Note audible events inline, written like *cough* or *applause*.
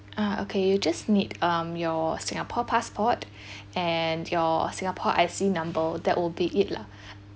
ah okay you just need um your singapore passport *breath* and your singapore I_C number that will be it lah *breath*